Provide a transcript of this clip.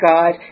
God